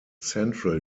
central